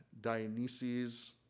Dionysus